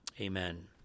Amen